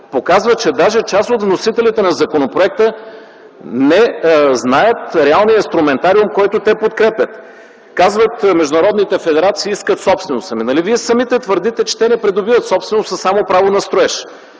показват, че даже част от вносителите на законопроекта не знаят реалния инструментариум, който те подкрепят. Казват: и международните федерации искат собственост. Ами нали вие самите твърдите, че те не придобиват собственост, а само право на строеж?